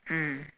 mm